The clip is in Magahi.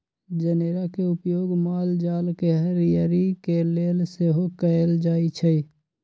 जनेरा के उपयोग माल जाल के हरियरी के लेल सेहो कएल जाइ छइ